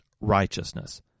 righteousness